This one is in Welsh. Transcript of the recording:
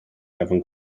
gyfan